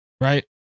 right